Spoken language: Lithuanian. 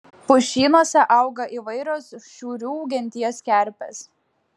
pušynuose auga įvairios šiurių genties kerpės